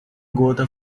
gota